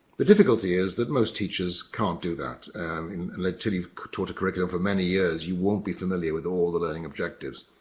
the difficulty is that most teachers can't do that. and and and like until you've taught a curriculum for many years, you won't be familiar with all the learning objectives.